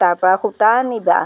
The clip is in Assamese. তাৰপৰা সূতা আনিবা